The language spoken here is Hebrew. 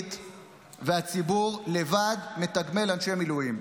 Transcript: האזרחית והציבור, לבד, מתגמל אנשי מילואים.